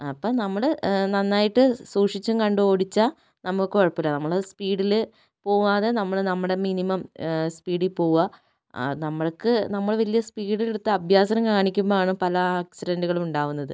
ആ അപ്പം നമ്മള് നന്നായിട്ട് സൂക്ഷിച്ചും കണ്ടും ഓടിച്ചാൽ നമുക്ക് കുഴപ്പമില്ല നമ്മള് സ്പീഡില് പോകാതെ നമ്മള് നമ്മുടെ മിനിമം സ്പീഡിൽ പോകുക നമുക്ക് നമ്മള് വലിയ സ്പീഡില് എടുത്ത അഭ്യാസം കാണിക്കുമ്പോഴാണ് പല ആക്സിഡൻറ്റ്കളും ഉണ്ടാകുന്നത്